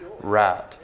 right